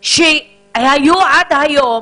שהיו עד היום,